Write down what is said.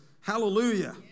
Hallelujah